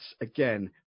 again